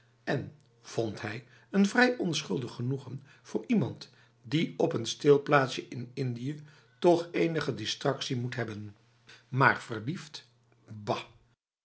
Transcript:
en vond hij n vrij onschuldig genoegen voor iemand die op n stil plaatsje in indië toch enige distractie moet hebben maar verliefdb bah